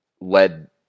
Led